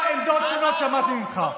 ארבע עמדות שונות שמעתי ממך.